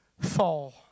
fall